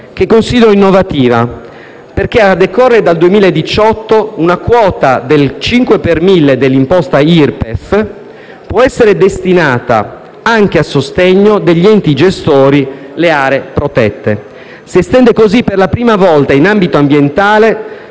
che considero innovativa. A decorrere dal 2018 una quota pari al 5 per mille dell'imposta IRPEF potrà essere destinata anche a sostegno degli enti gestori delle aree protette. Si estende così, per la prima volta, all'ambito ambientale